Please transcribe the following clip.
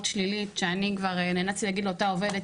שלילית שאני כבר נאלצתי להגיד לאותה עובדת,